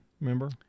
Remember